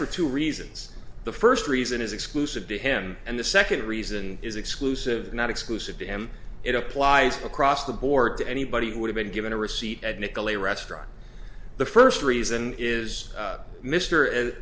for two reasons the first reason is exclusive to him and the second reason is exclusive not exclusive to him it applies across the board to anybody who would have been given a receipt at nicolay restaurant the first reason is mr and